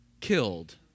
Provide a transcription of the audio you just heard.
killed